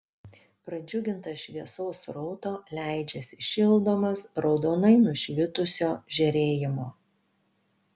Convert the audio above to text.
pradžiugintas šviesos srauto leidžiasi šildomas raudonai nušvitusio žėrėjimo